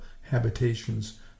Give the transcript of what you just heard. habitations